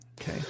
Okay